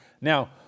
Now